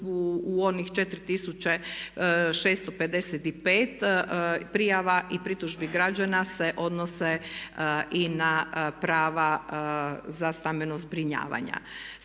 u onih 4655 prijava i pritužbi građana se odnose i na prava za stambena zbrinjavanja.